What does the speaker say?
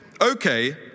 Okay